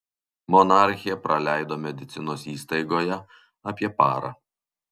monarchė praleido medicinos įstaigoje apie parą